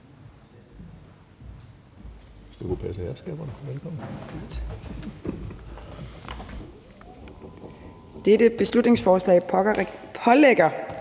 Dette beslutningsforslag pålægger